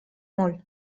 molt